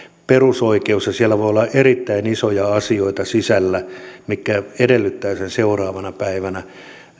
perusoikeus ja siellä voi olla erittäin isoja asioita sisällä mitkä edellyttävät sen seuraavana päivänä